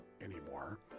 anymore